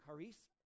charis